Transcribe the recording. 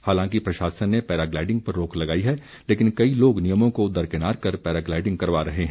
हालांकि प्रशासन ने पैराग्लाइडिंग पर रोक लगाई है लेकिन कई लोग नियमों को दरकिनार कर पैराग्लाइडिंग करवा रहे हैं